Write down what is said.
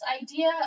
idea